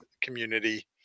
community